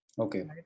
Okay